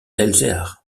elzéar